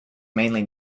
mainly